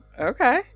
Okay